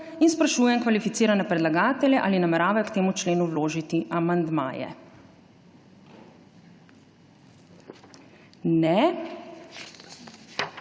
in sprašujem kvalificirane predlagatelje, ali nameravajo k temu členu vložiti amandmaje? (Ne.)